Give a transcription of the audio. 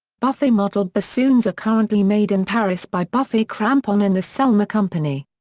buffet-model bassoons are currently made in paris by buffet crampon and the selmer company.